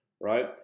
right